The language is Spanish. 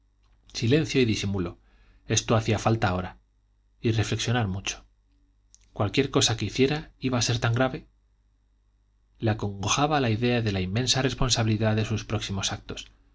silencio y disimulo esto hacía falta ahora y reflexionar mucho cualquier cosa que hiciera iba a ser tan grave le acongojaba la idea de la inmensa responsabilidad de sus próximos actos